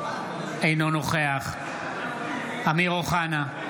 אינו נוכח אמיר אוחנה,